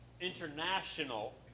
international